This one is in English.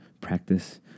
practice